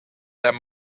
that